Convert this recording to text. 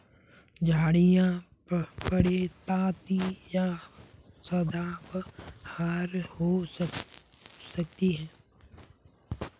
झाड़ियाँ पर्णपाती या सदाबहार हो सकती हैं